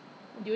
很好 leh 这样